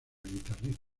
guitarrista